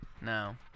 no